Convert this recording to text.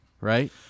Right